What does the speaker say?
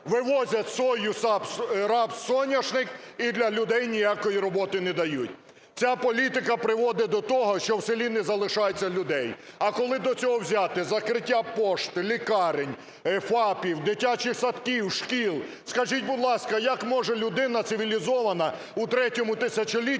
вивозять сою, рапс, соняшник і для людей ніякої роботи не дають. Ця політика приводить до того, що в селі не залишається людей. А коли до цього взяти закриття пошти, лікарень, ФАПів, дитячих садків, шкіл?! Скажіть, будь ласка, як може людина цивілізована у третьому тисячолітті